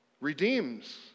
redeems